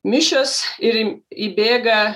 mišios ir įbėga